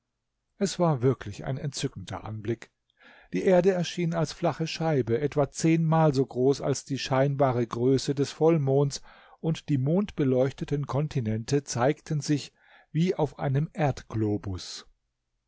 es war wirklich ein entzückender anblick die erde erschien als flache scheibe etwa zehnmal so groß als die scheinbare größe des vollmonds und die mondbeleuchteten kontinente zeigten sich wie auf einem